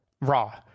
Raw